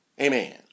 Amen